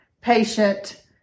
patient